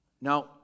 Now